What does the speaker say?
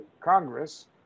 Congress